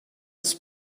his